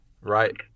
Right